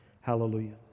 Hallelujah